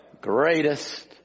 Greatest